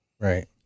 Right